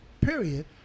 period